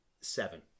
seven